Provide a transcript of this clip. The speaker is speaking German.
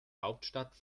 hauptstadt